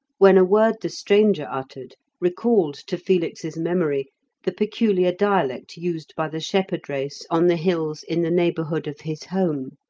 when a word the stranger uttered recalled to felix's memory the peculiar dialect used by the shepherd race on the hills in the neighbourhood of his home.